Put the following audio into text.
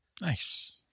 Nice